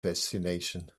fascination